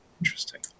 interesting